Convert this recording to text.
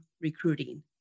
recruiting